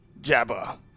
Jabba